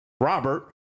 Robert